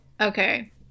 Okay